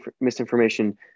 misinformation